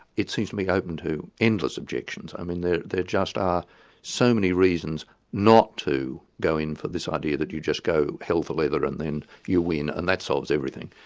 it seems to be open to endless objections. i mean there there just are so many reasons not to go in for this idea that you just go hell for leather and then you win and that solves everything,